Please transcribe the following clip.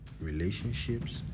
relationships